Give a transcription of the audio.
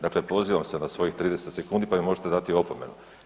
Dakle pozivam se na svojih 30 sekundi pa mi možete dati opomenu.